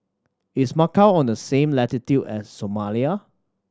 is Macau on the same latitude as Somalia